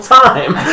time